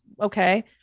okay